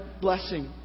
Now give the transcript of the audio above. Blessing